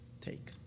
take